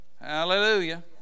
hallelujah